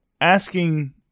asking